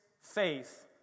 faith